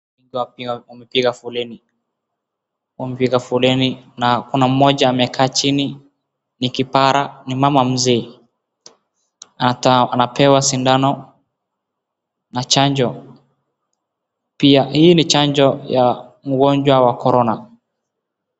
Wagonjwa wakiwa wamepiga foleni, wamepiga foleni na kuna mmoja amekaa chini na kipara ni mama mzee, ata wanapewa shindano na chanjo pia hii ni chanjo ya mgonjwa wa Corona.